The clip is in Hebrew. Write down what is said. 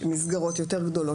מסגרות גדולות יותר,